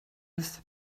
ist